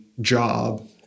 job